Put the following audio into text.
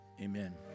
Amen